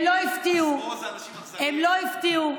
הם לא הפתיעו.